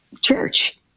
church